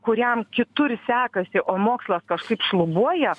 kuriam kitur sekasi o mokslas kažkaip šlubuoja